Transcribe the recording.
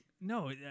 no